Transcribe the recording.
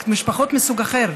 משפחות מסוג אחר.